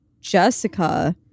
Jessica